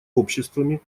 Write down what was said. обществами